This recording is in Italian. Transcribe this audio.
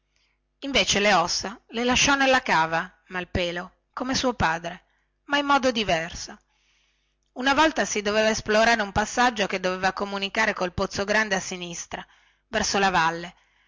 invece le ossa le lasciò nella cava malpelo come suo padre ma in modo diverso una volta si doveva esplorare un passaggio che si riteneva comunicasse col pozzo grande a sinistra verso la valle